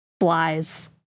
flies